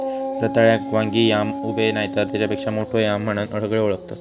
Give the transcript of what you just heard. रताळ्याक वांगी याम, उबे नायतर तेच्यापेक्षा मोठो याम म्हणान सगळे ओळखतत